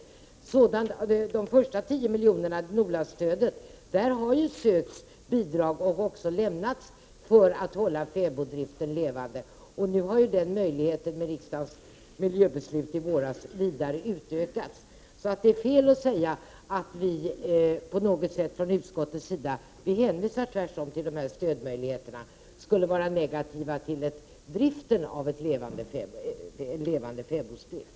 Från de första 10 miljonerna, NOLA-stödet, har det sökts bidrag, och det har också lämnats sådant, för att hålla fäboddriften levande. Nu har ju genom riksdagens miljöbeslut i våras möjligheterna till stöd utökats. Det är fel att säga att vi från utskottets sida på något sätt skulle vara negativa till en levande fäboddrift. Tvärtom hänvisar vi till dessa stödmöjligheter.